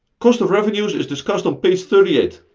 cost of revenues is discussed on page thirty eight.